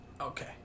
Okay